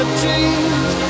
dreams